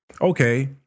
okay